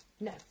No